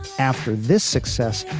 after this success,